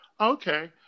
Okay